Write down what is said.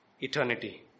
eternity